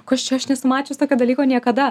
kas čia aš nesu mačius tokio dalyko niekada